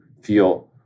feel